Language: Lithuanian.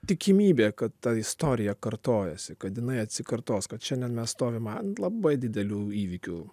tikimybė kad ta istorija kartojasi kad jinai atsikartos kad šiandien mes stovim ant labai didelių įvykių